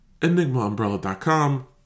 EnigmaUmbrella.com